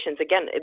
Again